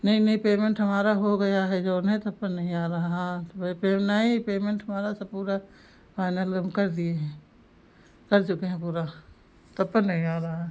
नहीं नहीं पेमेन्ट हमारा हो गया है जो है तब पर नहीं आ रहा है हाँ तो भाई नहीं पेमेन्ट हमारा सब पूरा फ़ाइनल हम कर दिए हैं कर चुके हैं पूरा तब पर नहीं आ रहा है